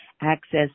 access